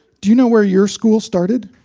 do you know where your school started?